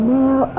now